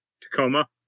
Tacoma